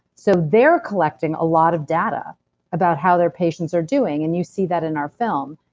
so they're collecting a lot of data about how their patients are doing, and you see that in our film.